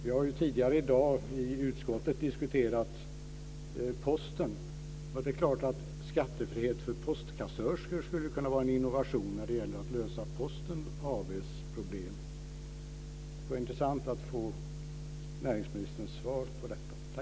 Vi har tidigare i dag i utskottet diskuterat Posten. Det är klart att skattefrihet för postkassörskor skulle kunna vara en innovation när det gäller att lösa Posten AB:s problem. Det vore intressant att få höra näringsministerns svar på detta.